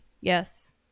Yes